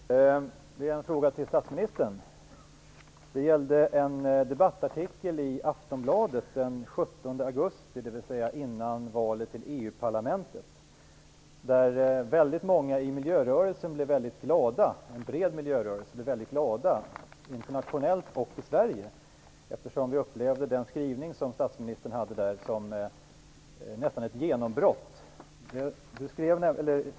Fru talman! Jag har en fråga till statsministern. Det gäller en debattartikel i Aftonbladet den 17 augusti, dvs. innan valet till EU-parlamentet. Väldigt många inom en bred miljörörelse internationellt och i Sverige blev väldigt glada, eftersom vi upplevde statsministerns skrivning i artikeln nästan som ett genombrott.